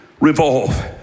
revolve